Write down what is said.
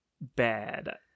bad